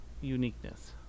uniqueness